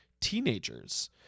teenagers